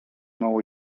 mało